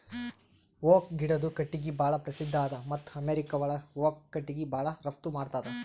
oak ಗಿಡದು ಕಟ್ಟಿಗಿ ಭಾಳ್ ಪ್ರಸಿದ್ಧ ಅದ ಮತ್ತ್ ಅಮೇರಿಕಾ ಓಕ್ ಕಟ್ಟಿಗಿ ಭಾಳ್ ರಫ್ತು ಮಾಡ್ತದ್